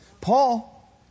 Paul